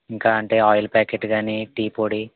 ఇంకా అంటే oil packet గాని టీ పొడి